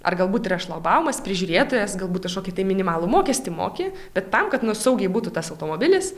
ar galbūt yra šlagbaumas prižiūrėtojas galbūt kažkokį tai minimalų mokestį moki bet tam kad nu saugiai būtų tas automobilis